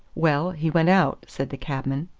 well, he went out, said the cabman,